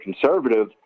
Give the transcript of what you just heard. conservative